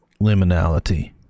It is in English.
liminality